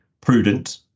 prudent